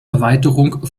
erweiterung